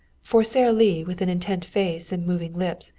for sara lee, with an intent face and moving lips,